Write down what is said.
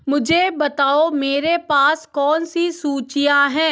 मुझे बताओ मेरे पास कौन सी सूचियाँ हैं